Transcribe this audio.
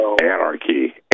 Anarchy